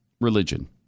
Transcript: religion